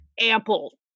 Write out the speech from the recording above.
ample